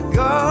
go